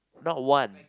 not one